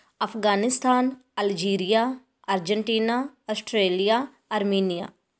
Afghanistan Algeria Argentina Australia Armenia